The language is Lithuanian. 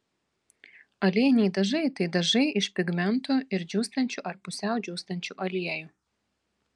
aliejiniai dažai tai dažai iš pigmentų ir džiūstančių ar pusiau džiūstančių aliejų